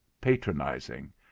patronizing